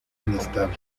inestable